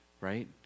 right